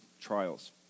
trials